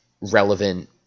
relevant